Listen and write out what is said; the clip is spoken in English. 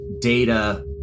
data